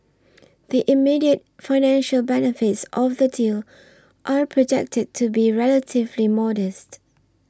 the immediate financial benefits of the deal are projected to be relatively modest